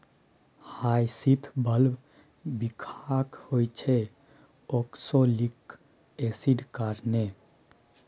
hyacinth bulb बिखाह होइ छै आक्जेलिक एसिडक कारणेँ